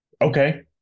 Okay